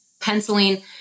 penciling